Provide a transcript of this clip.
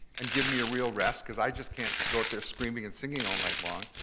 and give me a real rest cause i just can't go out there screaming and singing all night long.